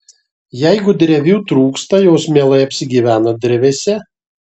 jeigu drevių trūksta jos mielai apsigyvena drevėse